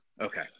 Okay